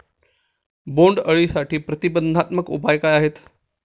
बोंडअळीसाठी प्रतिबंधात्मक उपाय काय आहेत?